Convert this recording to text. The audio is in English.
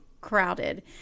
crowded